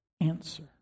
answer